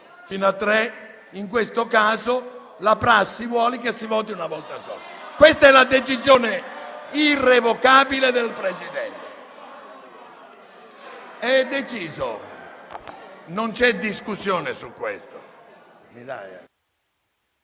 «fino a tre»: in questo caso, la prassi vuole che si voti una volta sola. *(Commenti)*. Questa è la decisione irrevocabile del Presidente: è deciso e non c'è discussione su questo;